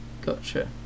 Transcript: Gotcha